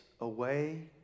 away